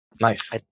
Nice